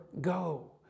go